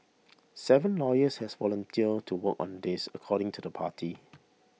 seven lawyers has volunteered to work on this according to the party